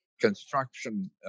construction